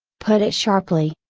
put it sharply.